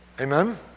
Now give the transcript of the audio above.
Amen